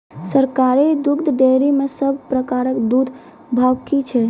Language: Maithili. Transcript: सरकारी दुग्धक डेयरी मे सब प्रकारक दूधक भाव की छै?